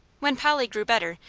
when polly grew better,